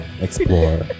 explore